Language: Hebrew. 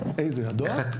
איזה, הדואר?